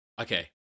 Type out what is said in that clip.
Okay